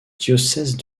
diocèse